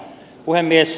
puhemies